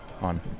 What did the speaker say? on